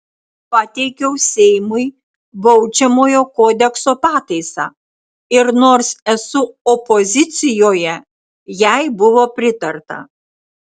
pateikiau seimui baudžiamojo kodekso pataisą ir nors esu opozicijoje jai buvo pritarta